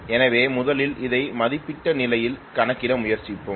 எனவே முதலில் அதை மதிப்பிடப்பட்ட நிலையில் கணக்கிட முயற்சிப்போம்